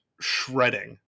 shredding